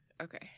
okay